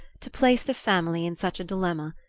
to place the family in such a dilemma.